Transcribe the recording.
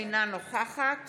אינה נוכחת